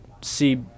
see